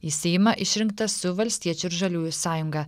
į seimą išrinktas su valstiečių ir žaliųjų sąjunga